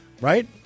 right